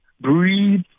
breathe